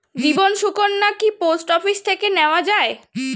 জীবন সুকন্যা কি post office থেকে নেওয়া যায়?